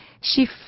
She